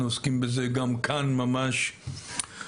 אנחנו עוסקים בזה גם כאן ממש בוועדה,